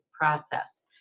process